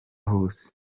hose